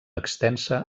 extensa